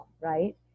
right